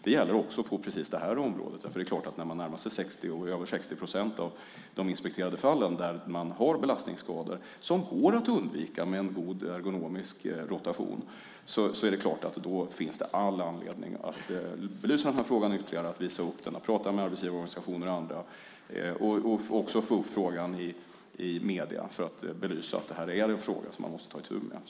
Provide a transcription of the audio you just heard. Det gäller också på precis detta område. När man närmar sig 60, och i över 60 procent av de inspekterade fallen går belastningsskadorna att undvika med en god ergonomisk rotation. Då är det klart att det finns all anledning att belysa denna fråga ytterligare, att visa upp den, prata med arbetsgivarorganisationer och andra och också få upp frågan i medierna för att belysa att detta är en fråga som man måste ta itu med.